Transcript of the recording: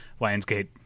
Lionsgate